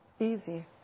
easy